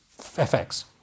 FX